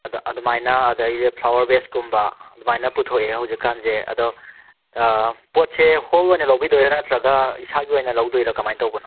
ꯑꯗꯨꯃꯥꯏꯅ ꯑꯗꯒꯤ ꯐ꯭ꯂꯥꯋꯔ ꯕꯦꯁꯀꯨꯝꯕ ꯑꯗꯨꯃꯥꯏꯅ ꯄꯨꯊꯣꯛꯑꯦ ꯍꯧꯖꯤꯛꯀꯥꯟꯖꯦ ꯑꯗꯣ ꯄꯣꯠꯁꯦ ꯍꯣꯜ ꯑꯣꯏꯅ ꯂꯧꯕꯤꯗꯣꯏꯔꯥ ꯅꯠꯇ꯭ꯔꯒ ꯏꯁꯥꯒꯤ ꯑꯣꯏꯅ ꯂꯧꯗꯣꯏꯔꯥ ꯀꯃꯥꯏ ꯇꯧꯕꯅꯣ